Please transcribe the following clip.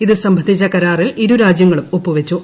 ഇത് സംബന്ധിച്ച കരാറിൽ ഇരുരാജ്യങ്ങളും ഒപ്പുവച്ചു